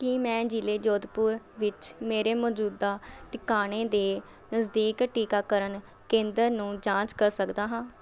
ਕੀ ਮੈਂ ਜ਼ਿਲ੍ਹੇ ਜੋਧਪੁਰ ਵਿੱਚ ਮੇਰੇ ਮੌਜੂਦਾ ਟਿਕਾਣੇ ਦੇ ਨਜ਼ਦੀਕ ਟੀਕਾਕਰਨ ਕੇਂਦਰ ਨੂੰ ਜਾਂਚ ਸਕਦਾ ਹਾਂ